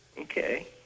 Okay